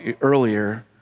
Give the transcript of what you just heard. earlier